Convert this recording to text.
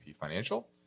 Financial